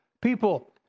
people